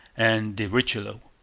and the richelieu.